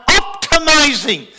optimizing